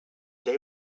day